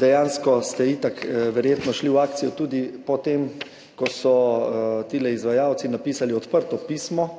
dejansko ste itak verjetno šli v akcijo tudi po tem, ko so izvajalci napisali odprto pismo